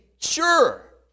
sure